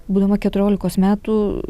būdama keturiolikos metų